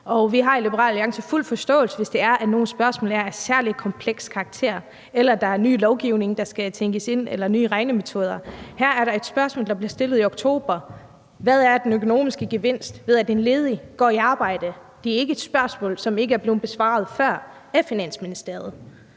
Vi har i Liberal Alliance fuld forståelse, hvis det er, at nogle spørgsmål er af særlig kompleks karakter, eller hvis der er ny lovgivning, der skal tænkes ind, eller nye regnemetoder. Her er der et spørgsmål, der bliver stillet i oktober: Hvad er den økonomiske gevinst, ved at en ledig går i arbejde? Det er ikke et spørgsmål, som ikke er blevet besvaret før af Finansministeriet,